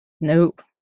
Nope